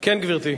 כן, גברתי.